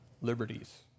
liberties